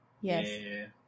Yes